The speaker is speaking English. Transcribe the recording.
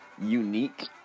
unique